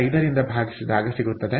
5 ರಿಂದ ಭಾಗಿಸಿದಾಗ ಸಿಗುತ್ತದೆ